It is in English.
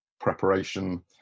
preparation